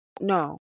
no